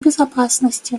безопасности